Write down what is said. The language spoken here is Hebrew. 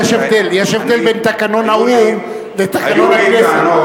יש הבדל, יש הבדל בין תקנון האו"ם לתקנון הכנסת.